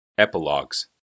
Epilogues